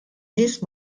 nies